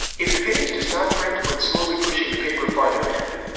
if the page does not print when slowly pushing the paper farther in,